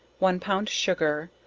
one pound sugar,